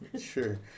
sure